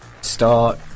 start